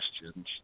questions